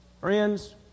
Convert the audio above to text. Friends